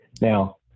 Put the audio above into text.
Now